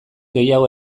gehiago